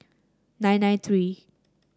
nine nine three